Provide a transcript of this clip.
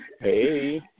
Hey